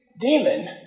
demon